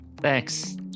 Thanks